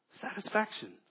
Satisfaction